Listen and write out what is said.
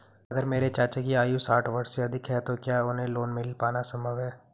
अगर मेरे चाचा की आयु साठ वर्ष से अधिक है तो क्या उन्हें लोन मिल पाना संभव है?